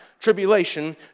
tribulation